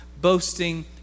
boasting